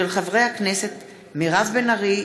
מאת חברי הכנסת משה גפני,